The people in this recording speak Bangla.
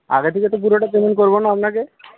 আগে থেকে তো পুরোটা পেমেন্ট করবো না আপনাকে